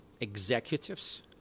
executives